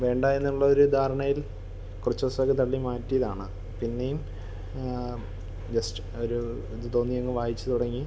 വേണ്ട എന്നുള്ളൊരു ധാരണയിൽ കുറച്ച് ദിവസമത് തള്ളി മാറ്റിയതാണ് പിന്നെയും ജെസ്റ്റ് ഒരു ഇത് തോന്നിയങ്ങ് വായിച്ച് തുടങ്ങി